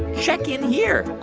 check in here